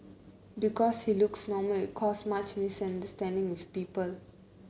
because he looks normal it's caused much misunderstanding with people